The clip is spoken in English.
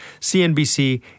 CNBC